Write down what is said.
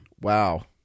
Wow